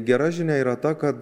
gera žinia yra ta kad